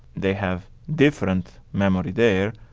they have different memory there.